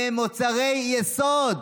במוצרי יסוד,